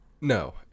No